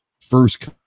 first